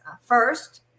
First